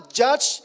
judge